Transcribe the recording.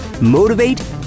Motivate